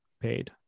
paid